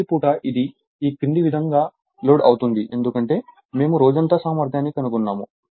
పగటిపూట ఇది ఈ క్రింది విధంగా లోడ్ అవుతుంది ఎందుకంటే మేము రోజంతా సామర్థ్యాన్ని కనుగొన్నాము